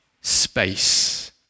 space